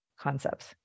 concepts